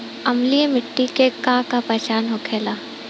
अम्लीय मिट्टी के का पहचान होखेला?